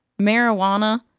marijuana